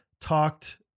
talked